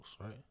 right